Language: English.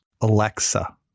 Alexa